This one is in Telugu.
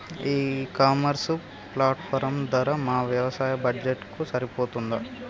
ఈ ఇ కామర్స్ ప్లాట్ఫారం ధర మా వ్యవసాయ బడ్జెట్ కు సరిపోతుందా?